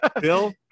bill